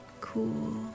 cool